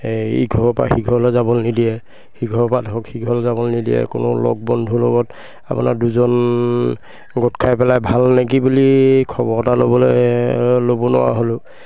এই ইঘৰৰ পৰা সিঘৰলৈ যাব নিদিয়ে সিঘৰৰ পৰা ধৰক সিঘৰলৈ যাব নিদিয়ে কোনো লগ বন্ধুৰ লগত আপোনাৰ দুজন গোট খাই পেলাই ভাল নেকি বুলি খবৰ এটা ল'বলৈ ল'ব নোৱাৰা হ'লোঁ